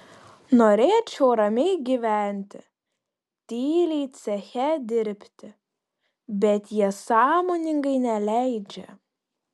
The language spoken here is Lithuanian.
norėčiau ramiai gyventi tyliai ceche dirbti bet jie sąmoningai neleidžia